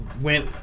went